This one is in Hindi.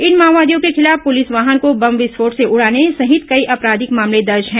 इन माओवादियों को खिलाफ पुलिस वाहन को बम विस्फोट से उड़ाने सहित कई आपराधिक मामले दर्ज हैं